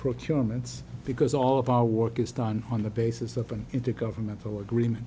procurements because all of our work is done on the basis of an intergovernmental agreement